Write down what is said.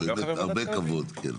הרבה כבוד.